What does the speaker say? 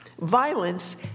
Violence